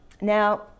Now